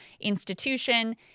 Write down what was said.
institution